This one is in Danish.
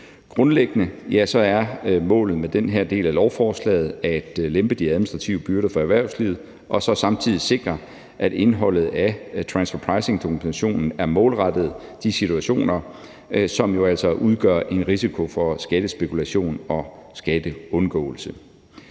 Grundlæggende er målet med den her del af lovforslaget at lempe de administrative byrder for erhvervslivet og så samtidig sikre, at indholdet af transferpricingdokumentationen er målrettet de situationer, som jo altså udgør en risiko for skattespekulation og skatteundgåelse.